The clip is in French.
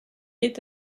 est